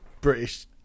British